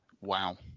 Wow